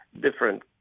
different